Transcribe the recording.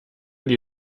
die